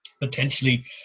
potentially